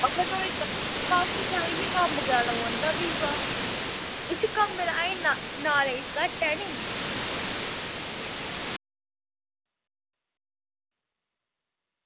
पर ओह् फ्ही तां खड़ोइयै कम्म कराना पौंदा फ्ही तां उसी कम्में दा ऐ इन्ना नॉलेज़ घट्ट ऐ नी